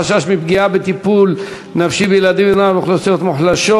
החשש מפגיעה בטיפול נפשי בילדים ונוער ואוכלוסיות מוחלשות,